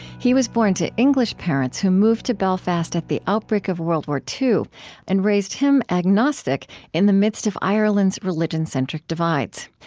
he was born to english parents who moved to belfast at the outbreak of world war ii and raised him agnostic in the midst of ireland's religion-centric divides.